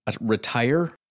retire